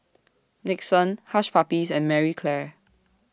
Nixon Hush Puppies and Marie Claire